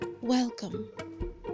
welcome